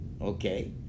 Okay